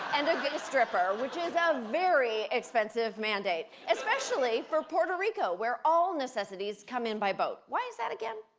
and a gay stripper, which is ah a very expensive mandate, especially for puerto rico where all necessities come in by boat. why is that again?